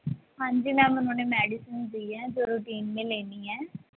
ਹਾਂਜੀ ਮੈਮ ਉਨੋਂ ਨੇ ਮੈਡੀਸਨ ਦੀ ਹੈ ਜੋ ਰੁਟੀਨ ਮੇ ਲੇਨੀ ਹੈ